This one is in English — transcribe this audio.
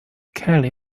kelly